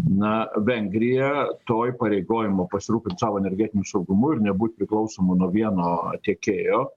na vengrija to įpareigojimo pasirūpint savo energetiniu saugumu ir nebūt priklausomu nuo vieno tiekėjo